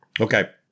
Okay